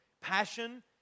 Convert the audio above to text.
Passion